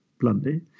bluntly